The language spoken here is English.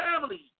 family